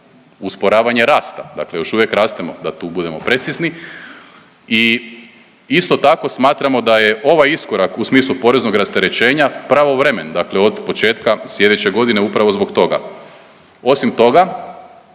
usporavanje rasta, dakle još uvijek rastemo da tu budemo precizni i isto tako smatramo da je ovaj iskorak u smislu poreznog rasterećenja pravovremen, dakle od početka sljedeće godine upravo zbog toga. Osim toga